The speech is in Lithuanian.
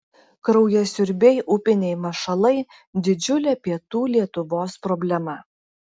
kraujasiurbiai upiniai mašalai didžiulė pietų lietuvos problema